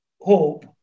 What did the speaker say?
hope